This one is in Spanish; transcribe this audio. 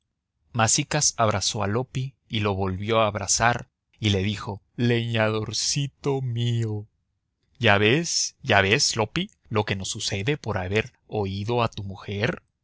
masicas abrazó a loppi y lo volvió a abrazar y le dijo leñadorcito mío ya ves ya ves loppi lo que nos sucede por haber oído a tu mujer